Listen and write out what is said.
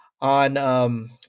on –